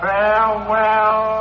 Farewell